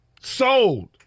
Sold